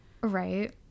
Right